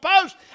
Post